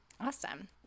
Awesome